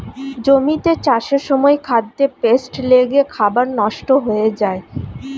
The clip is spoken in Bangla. জমিতে চাষের সময় খাদ্যে পেস্ট লেগে খাবার নষ্ট হয়ে যায়